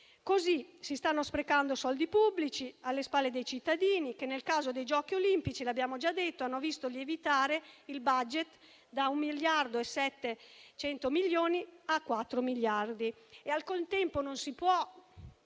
Così si stanno sprecando soldi pubblici, alle spalle dei cittadini, che nel caso dei Giochi olimpici, hanno visto lievitare il *budget* da un miliardo e 700 milioni a 4 miliardi.